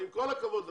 עם כל הכבוד לך,